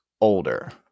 older